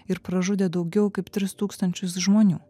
ir pražudė daugiau kaip tris tūkstančius žmonių